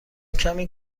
کمی